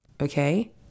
okay